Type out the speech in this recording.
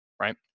right